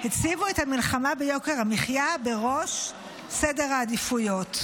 הציבו את המלחמה ביוקר המחיה בראש סדר העדיפויות.